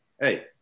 Hey